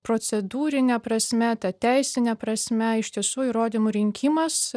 procedūrine prasme tateisine prasme iš tiesų įrodymų rinkimas